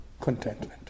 contentment